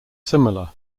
similar